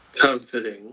comforting